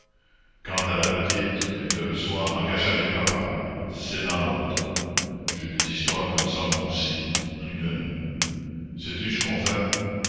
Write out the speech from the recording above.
quant à la petite elle te reçoit en cachette du papa c'est dans l'ordre j'ai eu des histoires comme ça moi aussi plus d'une sais-tu ce qu'on fait